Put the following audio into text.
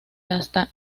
hasta